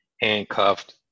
handcuffed